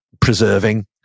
preserving